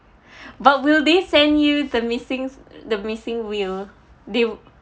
but will they send you the missings the missing wheel they